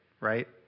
right